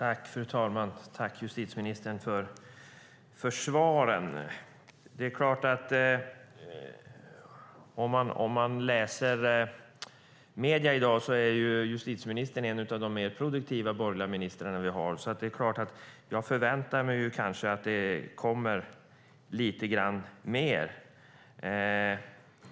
Fru talman! Jag tackar justitieministern för svaren. Om man läser medierna i dag ser man att justitieministern är en av de mer produktiva borgerliga ministrarna, så jag förväntar mig kanske att det kommer lite grann mer.